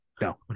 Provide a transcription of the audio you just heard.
No